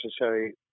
necessary